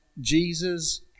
Jesus